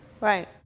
Right